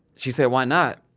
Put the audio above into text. she said, why not?